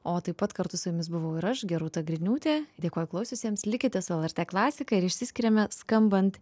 o taip pat kartu su jumis buvau ir aš gerūta griniūtė dėkoju klausiusiems likite su lrt klasika ir išsiskiriame skambant